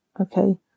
okay